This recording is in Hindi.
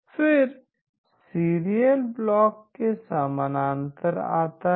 फिर सीरियल ब्लॉक के समानांतर आता है